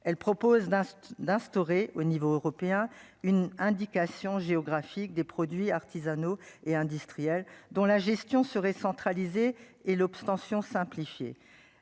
elle propose d'un d'instaurer au niveau européen une indication géographique des produits artisanaux et industriels dont la gestion serait centralisée et l'obtention simplifiées,